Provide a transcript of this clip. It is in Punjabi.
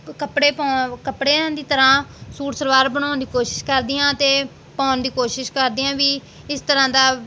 ਕ ਕੱਪੜੇ ਪੋ ਕੱਪੜਿਆਂ ਦੀ ਤਰ੍ਹਾਂ ਸੂਟ ਸਲਵਾਰ ਬਣਾਉਣ ਦੀ ਕੋਸ਼ਿਸ਼ ਕਰਦੀ ਹਾਂ ਅਤੇ ਪਾਉਣ ਦੀ ਕੋਸ਼ਿਸ਼ ਕਰਦੀ ਹਾਂ ਵੀ ਇਸ ਤਰ੍ਹਾਂ ਦਾ